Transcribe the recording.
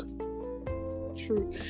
True